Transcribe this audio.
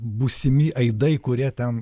būsimi aidai kurie ten